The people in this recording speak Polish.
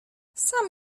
sam